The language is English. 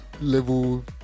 level